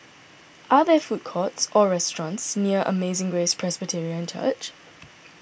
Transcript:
are there food courts or restaurants near Amazing Grace Presbyterian Church